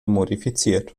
modifiziert